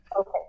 okay